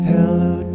Hello